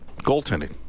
Goaltending